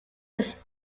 this